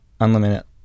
unlimited